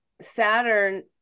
Saturn